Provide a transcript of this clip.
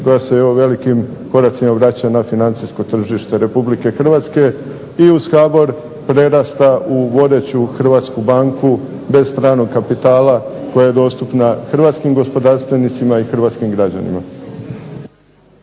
koja se evo velikim koracima vraća na financijsko tržište Republike Hrvatske, i uz HBOR prerasta u vodeću hrvatsku banku bez stranog kapitala koja je dostupna hrvatskim gospodarstvenicima i hrvatskim građanima.